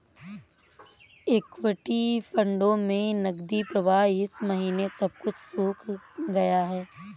equity फंडों में नकदी प्रवाह इस महीने सब कुछ सूख गया है